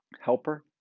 helper